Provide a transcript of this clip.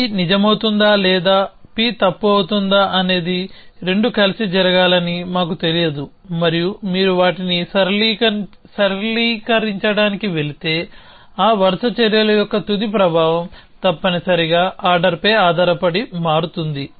P నిజమవుతుందా లేదా P తప్పు అవుతుందా అనేది రెండూ కలిసి జరగాలని మాకు తెలియదు మరియు మీరు వాటిని సరళీకరించడానికి వెళితే ఆ వరుస చర్యల యొక్క తుది ప్రభావం తప్పనిసరిగా ఆర్డర్పై ఆధారపడి మారుతుంది